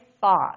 thought